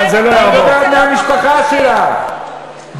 בני המשפחה שלך,